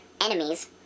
enemies